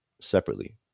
separately